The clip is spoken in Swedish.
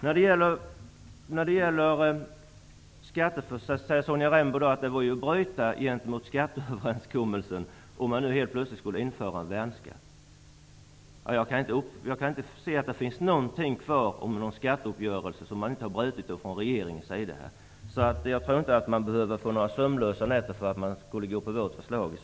Sonja Rembo säger att det vore att bryta mot skatteöverenskommelsen om man nu helt plötsligt skulle införa en värnskatt. Jag kan inte se att det finns någonting kvar för regeringen att bryta mot i skatteöverenskommelsen. Jag tror inte att den behöver få några sömnlösa nätter om den skulle följa vårt förslag.